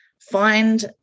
find